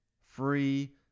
free